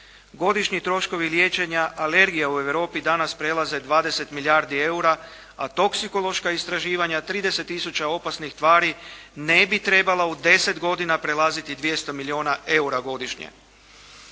Godišnji troškovi liječenja alergija u Europi danas prelaze 20 milijardi eura a toksikološka istraživanja 30 tisuća opasnih tvari ne bi trebala u deset godina prelaziti 200 milijuna eura godišnje.